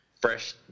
fresh